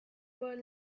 were